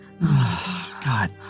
God